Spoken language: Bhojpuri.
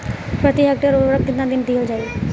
प्रति हेक्टेयर उर्वरक केतना दिहल जाई?